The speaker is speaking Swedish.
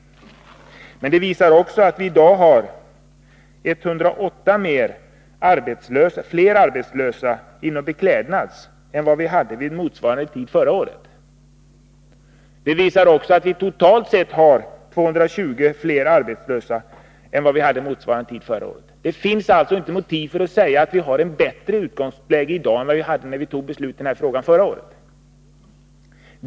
Men rapporten visar också att vi i dag har 108 fler arbetslösa inom Beklädnads än vi hade vid motsvarande tid förra året. Den visar också att vi totalt sett har 220 fler arbetslösa än vi hade vid motsvarande tid förra året. Det finns alltså inte motiv för att säga att vi har ett bättre utgångsläge i dag än vi hade när vi fattade beslut i denna fråga förra året.